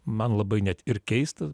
man labai net ir keista